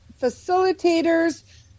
facilitators